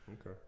Okay